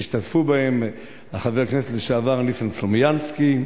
שהשתתפו בה חבר הכנסת לשעבר ניסן סלומינסקי,